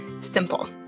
simple